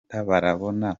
kagaragaza